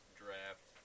draft